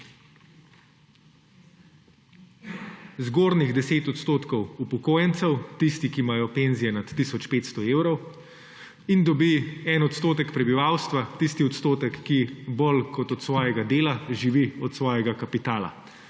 zgornjih 10 odstotkov upokojencev, tisti, ki imajo penzije nad tisoč 500 evrov. In dobi 1 odstotek prebivalstva, tisti odstotek, ki bolj kot od svojega dela, živi od svojega kapitala,